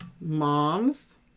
moms